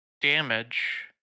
damage